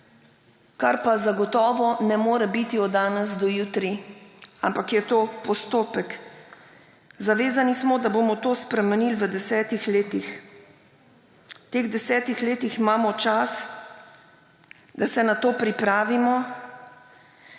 kar pa zagotovo ne more biti od danes na jutri, ampak je to postopek. Zavezani smo, da bomo to spremenili v desetih letih, v teh desetih letih imamo čas, da se na to pripravimo,